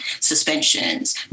suspensions